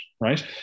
right